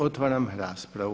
Otvaram raspravu.